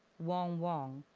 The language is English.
wong wong,